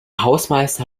hausmeister